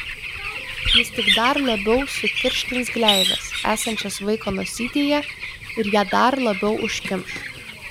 jis tik dar labiau sutirštins gleives esančias vaiko nosytėje ir ją dar labiau užkimš